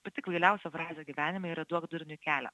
pati kvailiausia frazė gyvenime yra duok durniui kelią